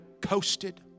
coasted